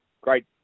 Great